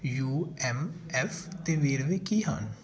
you M F 'ਤੇ ਵੇਰਵੇ ਕੀ ਹਨ